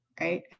right